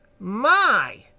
my!